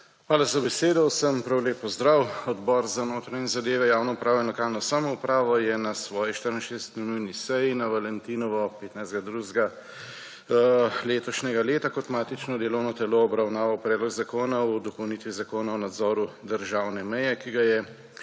Hvala za besedo. Vsem prav lep pozdrav. Odbor za notranje zadeve, javno upravo in lokalno samoupravo je na svoji 64. nujni seji na valentinovo 15. 2. letošnjega leta kot matično delovno telo obravnaval predlog Zakona o dopolnitvi Zakona o nadzoru državne meje, ki ga je